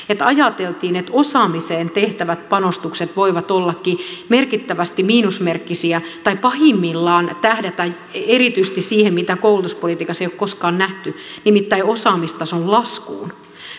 ajateltiin että osaamiseen tehtävät panostukset voivat ollakin merkittävästi miinusmerkkisiä tai pahimmillaan tähdätä erityisesti siihen mitä koulutuspolitiikassa ei ole koskaan nähty nimittäin osaamistason laskuun